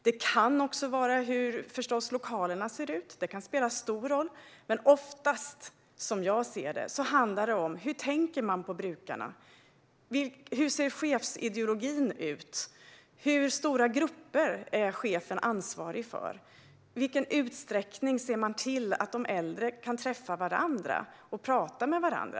Det kan förstås också bero på hur lokalerna ser ut. Detta kan spela stor roll. Oftast beror det dock, som jag ser det, på hur man tänker på brukarna, hur chefsideologin ser ut och hur stora grupper chefen är ansvarig för. I vilken utsträckning ser man till att de äldre kan träffas och prata med varandra?